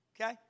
Okay